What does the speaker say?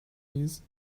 breeze